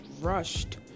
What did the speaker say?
rushed